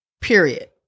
period